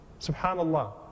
Subhanallah